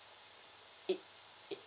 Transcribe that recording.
it it